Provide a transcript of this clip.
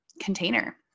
container